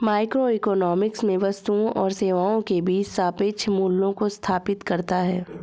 microeconomics में वस्तुओं और सेवाओं के बीच सापेक्ष मूल्यों को स्थापित करता है